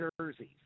jerseys